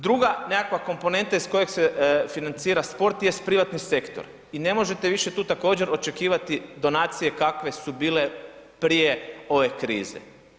Druga nekakva komponenta iz kojeg se financira sport jest privatni sektor i ne možete više tu također očekivati donacije kakve su bile prije ove krize.